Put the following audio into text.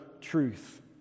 truth